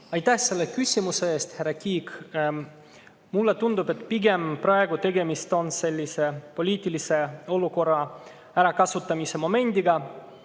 Aitäh selle küsimuse eest, härra Kiik! Mulle tundub, et pigem praegu tegemist on sellise poliitilise olukorra ärakasutamise momendiga.